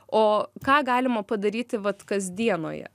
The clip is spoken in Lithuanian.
o ką galima padaryti vat kasdienoje